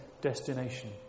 destination